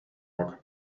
rock